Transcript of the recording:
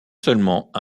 seulement